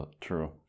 True